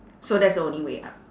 so that's the only way up